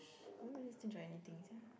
I don't really stitch on anything sia